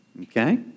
Okay